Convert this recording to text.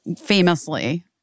famously